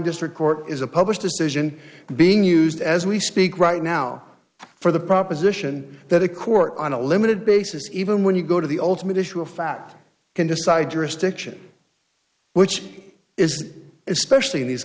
district court is a published decision being used as we speak right now for the proposition that a court on a limited basis even when you go to the ultimate issue of fact can decide jurisdiction which is especially in these